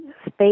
space